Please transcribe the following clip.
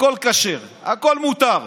הכול כשר, הכול מותר,